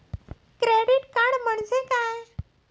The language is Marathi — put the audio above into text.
क्रेडिट कार्ड म्हणजे काय?